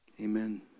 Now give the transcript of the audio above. amen